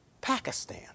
Pakistan